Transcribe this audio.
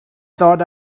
thought